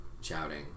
shouting